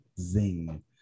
zing